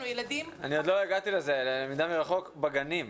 עוד לא הגעתי לזה, ללמידה מרחוק בגנים.